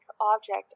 object